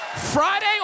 Friday